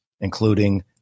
including